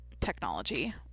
technology